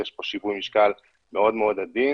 יש פה שיווי משקל מאוד מאוד עדין.